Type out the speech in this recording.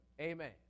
Amen